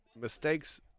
mistakes